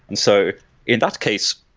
and so in that case,